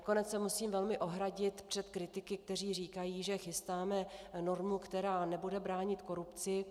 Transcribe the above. Nakonec se musím velmi ohradit před kritiky, kteří říkají, že chystáme normu, která nebude bránit korupci.